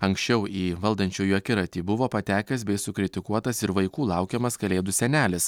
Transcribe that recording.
anksčiau į valdančiųjų akiratį buvo patekęs bei sukritikuotas ir vaikų laukiamas kalėdų senelis